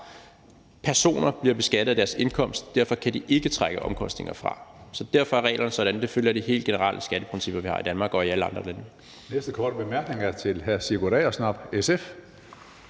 personer bliver beskattet af deres indkomst, og derfor kan de ikke trække omkostninger fra. Så derfor er reglerne sådan, og de følger de helt generelle skatteprincipper, vi har i Danmark, og som man har i alle andre lande.